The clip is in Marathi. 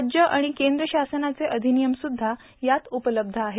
राज्य आणि केंद्र शासनाचे अधिनियम सुद्धा यात उपलब्ध आहेत